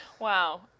Wow